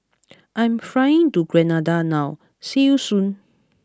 I am flying to Grenada now see you soon